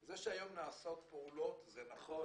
זה שהיום נעשות פעולות זה נכון.